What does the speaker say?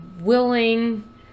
willing